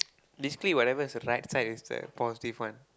basically whatever is the right side is the positive one